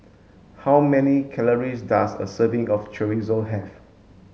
how many calories does a serving of Chorizo have